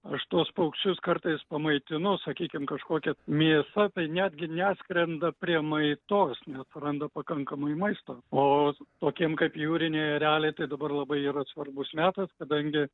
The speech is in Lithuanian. aš tuos paukščius kartais pamaitinu sakykim kažkokia mėsa tai netgi ne skrenda prie maitos nes suranda pakankamai maisto o tokiem kaip jūriniai ereliai tai dabar labai yra svarbus metas kadangi